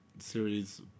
series